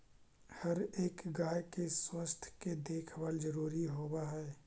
हर एक गाय के स्वास्थ्य के देखभाल जरूरी होब हई